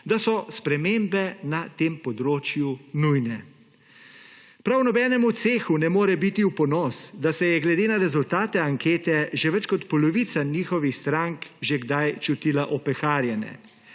da so spremembe na tem področju nujne. Prav nobenemu cehu ne more biti v ponos, da se je glede na rezultate ankete že več kot polovica njihovih strank že kdaj čutila opeharjene.